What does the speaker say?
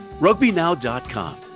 RugbyNow.com